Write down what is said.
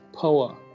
power